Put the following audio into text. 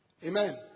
Amen